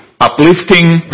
uplifting